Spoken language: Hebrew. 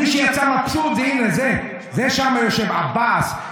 מי שיצא מבסוט, הינה זה שם שיושב, עבאס.